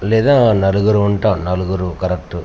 లేదా నలుగురు ఉంటాము నలుగురు కరెక్టు